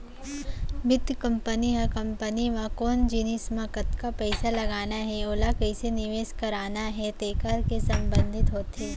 बित्त कंपनी ह कंपनी म कोन जिनिस म कतका पइसा लगाना हे ओला कइसे निवेस करना हे तेकर ले संबंधित होथे